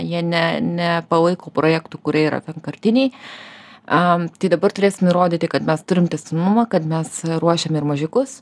jie ne nepalaiko projektų kurie yra vienkartiniai a tai dabar turėsim įrodyti kad mes turim tęstinumą kad mes ruošiam ir mažiukus